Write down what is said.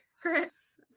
Chris